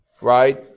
Right